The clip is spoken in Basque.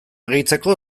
gehitzeko